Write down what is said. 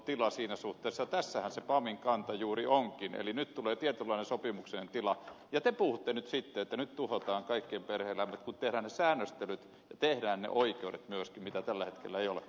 tässähän se pamin kanta juuri onkin että nyt tulee tietynlainen sopimuksellinen tila ja te puhutte nyt sitten että nyt tuhotaan kaikkien perhe elämä kun tehdään ne säännöstelyt ja tehdään ne oikeudet myöskin joita tällä hetkellä ei ole